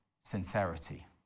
sincerity